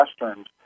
Westerns